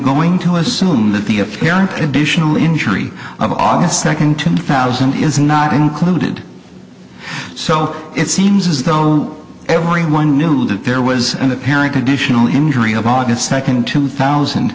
going to assume that the if there are additional injury of august second two thousand is not included so it seems as though everyone knew that there was an apparent additional injury of august second two thousand